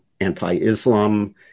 anti-Islam